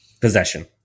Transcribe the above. Possession